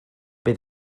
bydd